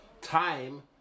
time